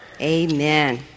Amen